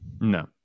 No